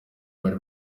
bari